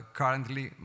currently